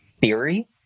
theory